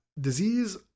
disease